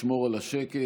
לשמור על השקט.